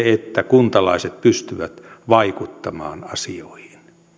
että kuntalaiset pystyvät vaikuttamaan asioihin